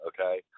okay